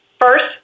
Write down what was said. First